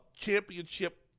championship